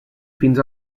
fins